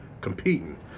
competing